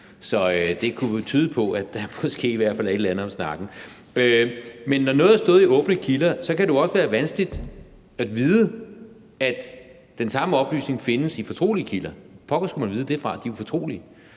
Så det kunne jo tyde på, at der måske i hvert fald er et eller andet om snakken. Men når noget har stået i åbne kilder, kan det også være vanskeligt at vide, at den samme oplysning findes i fortrolige kilder. Hvor pokker skulle man vide det fra? De er jo fortrolige.